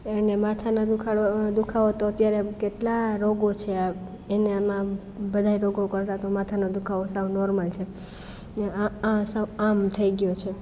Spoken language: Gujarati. એને માથાના દુખાવા દુખાવો તો અત્યારે કેટલા રોગો છે એનામાં બધાય રોગો કરતાં તો માથાનો દુખાવો સાવ નોર્મલ છે આ સાવ આમ થઈ ગયો છે